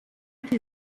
die